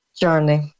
journey